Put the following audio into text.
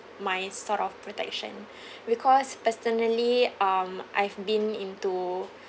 my sort of protection because personally um I've been into